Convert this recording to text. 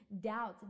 doubts